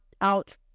out